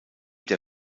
der